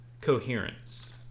Coherence